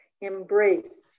Embrace